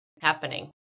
happening